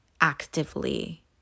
actively